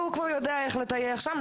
והוא כבר יודע איך לטייח שם.